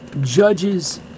judges